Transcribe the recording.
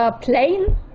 plane